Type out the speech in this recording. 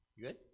Good